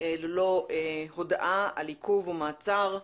ללא הודעה על עיכוב או מעצר,